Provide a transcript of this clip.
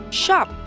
shop